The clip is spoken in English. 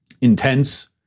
intense